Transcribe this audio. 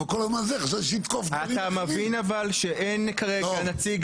אבל כל ה זמן הזה חשבתי ש --- אבל אתה מבין שאין כרגע נציג